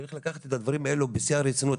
צריך לקחת את הדברים האלו בשיא הרצינות,